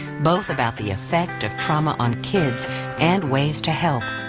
both about the effect of trauma on kids and ways to help.